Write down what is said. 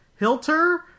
Hilter